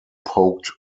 poked